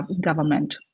government